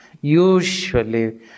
Usually